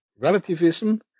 relativism